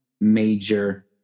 major